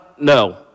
no